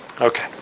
Okay